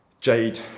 Jade